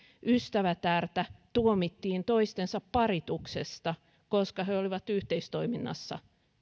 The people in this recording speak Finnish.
ystävätärtä tuomittiin toistensa parituksesta koska he olivat yhteistoiminnassa